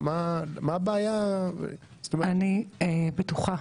אני בטוחה